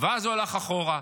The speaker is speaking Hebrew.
ואז הוא הלך אחורה.